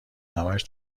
همش